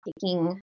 taking